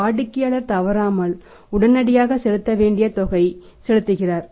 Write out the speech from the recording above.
வாடிக்கையாளர் தவறாமல் உடனடியாக செலுத்த வேண்டிய தொகை செலுத்துகிறார்